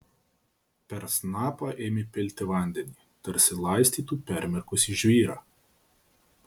per snapą ėmė pilti vandenį tarsi laistytų permirkusį žvyrą